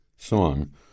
song